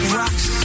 rocks